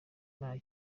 nta